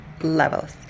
levels